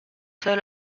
seul